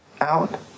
out